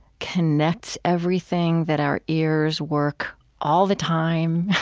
connects everything that our ears work all the time,